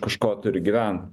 kažko turi gyven